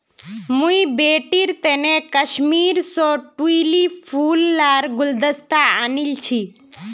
मुई बेटीर तने कश्मीर स ट्यूलि फूल लार गुलदस्ता आनील छि